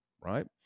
right